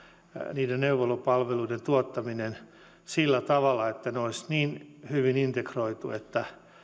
niiden neuvolapalveluiden tuottaminen voi onnistua sillä tavalla että ne olisivat niin hyvin integroituja että